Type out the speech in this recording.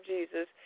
Jesus